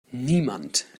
niemand